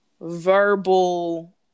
verbal